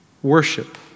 worship